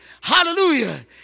Hallelujah